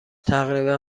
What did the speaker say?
تقریبا